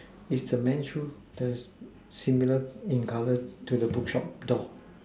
is the men shoe the similar in color to the book shop door